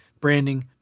branding